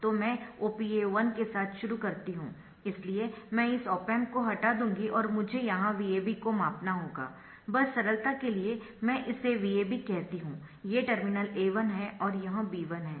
तो मैं OPA1 के साथ शुरू करती हूं इसलिए मैं इस ऑप एम्प को हटा दूंगी और मुझे यहां VAB को मापना होगा बस सरलता के लिए मैं इसे VAB कहती हूं ये टर्मिनल A1 है और यह B1 है